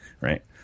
right